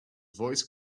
voice